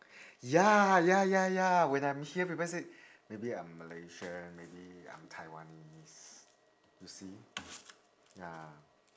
ya ya ya ya when I'm here people said maybe I'm malaysian maybe I'm taiwanese you see ya